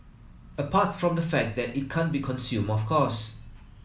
apart from the fact that it can't be consume of course